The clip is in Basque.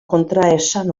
kontraesan